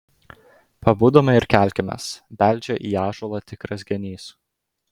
pabudome ir kelkimės beldžia į ąžuolą tikras genys